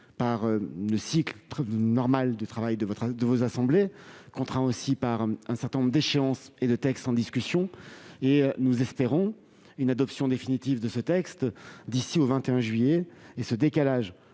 par le cycle normal du travail des assemblées, et par un certain nombre d'échéances et de textes en discussion. Nous espérons une adoption définitive du texte d'ici au 21 juillet prochain. Ce décalage